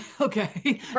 okay